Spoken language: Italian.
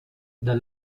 dal